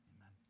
Amen